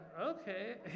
okay